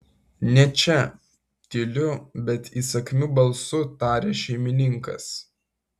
ne čia tyliu bet įsakmiu balsu taria šeimininkas